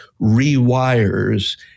rewires